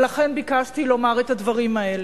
ולכן ביקשתי לומר את הדברים האלה.